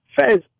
Fez